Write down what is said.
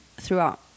throughout